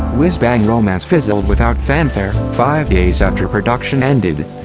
whiz bang romance fizzled without fanfare, five days after production ended.